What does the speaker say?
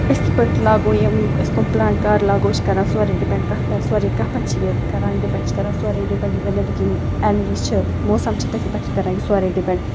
أسۍ کِتھ پٲٹھۍ لاگو یِم أسۍ کَم پٕلانٛٹ کر لاگو یہِ چھِ کران سورٕے ڈِپٮ۪نڈ کَتھ پٮ۪ٹھ سورٕے کَتھ پٮ۪ٹھ چھِ یہِ کران ڈِپٮ۪نڈ یہِ چھِ کران سورٕے ڈِپٮ۪نٛڈ یُس زَنہٕ نٮ۪بٕرۍ کِنۍ اےٚ یہِ چھِ موسَم چھِ تٔتھی پٮ۪ٹھ چھِ کران یہِ سورٕے ڈِپٮ۪نٛڈ